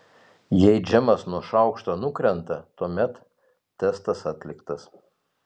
jei džemas nuo šaukšto nukrenta tuomet testas atliktas